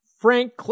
Frank